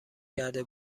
کرده